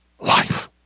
life